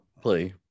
play